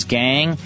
gang